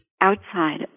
outside